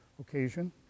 occasion